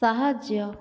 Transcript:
ସାହାଯ୍ୟ